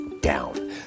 down